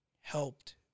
helped